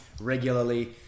regularly